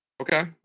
okay